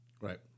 Right